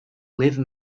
live